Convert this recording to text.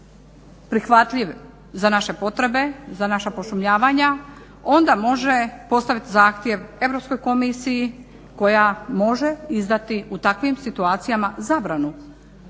prihvatljiv za naše potrebe, za naša pošumljavanja onda može postaviti zahtjev Europskoj komisiji koja može izdati u takvim situacijama zabranu